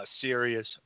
serious